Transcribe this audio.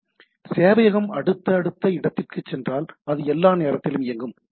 எனவே சேவையகம் அடுத்த அடுத்த இடத்திற்குச் சென்றால் அது எல்லா நேரத்திலும் இயங்கும்